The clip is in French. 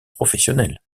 professionnels